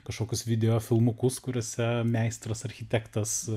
kažkokius videofilmukus kuriuose meistras architektas